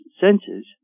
senses